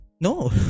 No